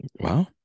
Wow